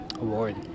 award